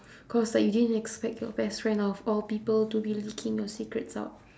cause like you didn't expect your best friend of all people to be leaking your secrets out